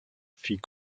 fit